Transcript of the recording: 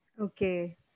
Okay